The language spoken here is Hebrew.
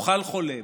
יוכל חולה,